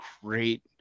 great